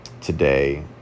today